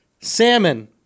salmon